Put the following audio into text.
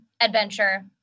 adventure